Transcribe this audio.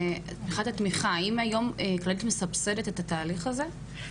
האם היום כללית מסבסדת את התהליך הזה?